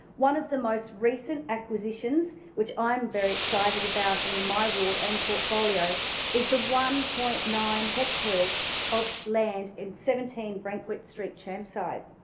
one of the most recent acquisitions which i am very excited about in my ward and portfolio is the one point nine hectares of land in seventeen brentwick street, chermside.